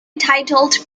titled